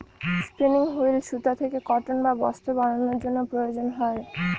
spinning wheel সুতা থেকে cotton বা বস্ত্র বানানোর জন্য প্রয়োজন হয়